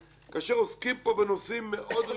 כאשר עוסקים פה בנושאים מאוד רגישים.